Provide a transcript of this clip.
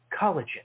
collagen